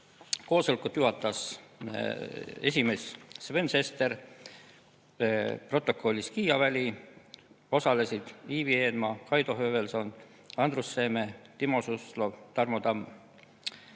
Koosolekut juhatas esimees Sven Sester, protokollis Kiia Väli, osalesid Ivi Eenmaa, Kaido Höövelson, Andrus Seeme, Timo Suslov ja Tarmo Tamm.